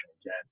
again